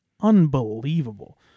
unbelievable